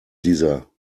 dieser